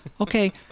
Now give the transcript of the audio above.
Okay